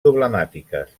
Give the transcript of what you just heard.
problemàtiques